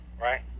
right